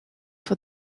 for